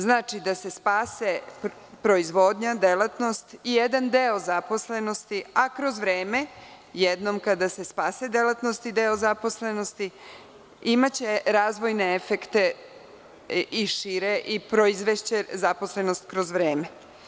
Znači, da se spase proizvodnja, delatnost i jedan deo zaposlenosti, a kada se spase delatnost i deo zaposlenosti imaće razvojne efekte i šire i proizvešće zaposlenost kroz vreme.